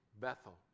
Bethel